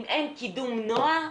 אם אין קידום נוער,